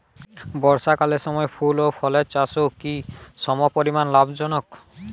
বর্ষাকালের সময় ফুল ও ফলের চাষও কি সমপরিমাণ লাভজনক?